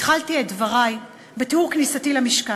התחלתי את דברי בתיאור כניסתי למשכן.